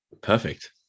perfect